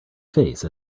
face